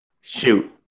Shoot